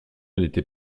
n’était